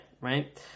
right